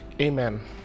Amen